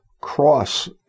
cross